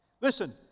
Listen